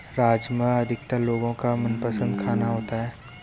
राजमा अधिकतर लोगो का मनपसंद खाना होता है